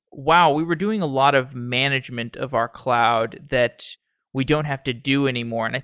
wow! we were doing a lot of management of our cloud that we don't have to do anymore. and